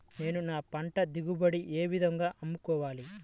నేను నా పంట దిగుబడిని ఏ విధంగా అమ్ముకోవాలి?